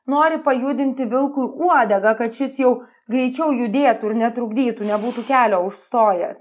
nori pajudinti vilkui uodegą kad šis jau greičiau judėtų ir netrukdytų nebūtų kelio užstojęs